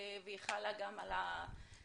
והיא חלה גם על הזכר,